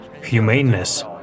Humaneness